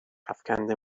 افکنده